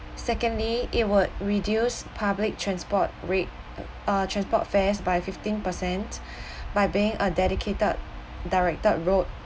secondly it would reduce public transport rate uh transport fares by fifteen percent by being a dedicated directed route